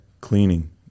cleaning